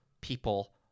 people